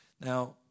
Now